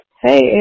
Hey